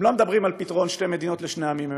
הם לא מדברים על פתרון שתי מדינות לשני עמים,